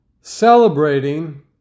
celebrating